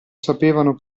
sapevano